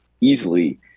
easily